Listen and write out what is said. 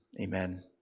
amen